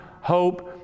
hope